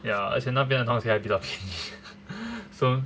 ya 而且那边的东西还比较便宜